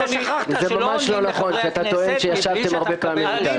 שכחת שלא עונים לחברי הכנסת מבלי שאתה מקבל רשות.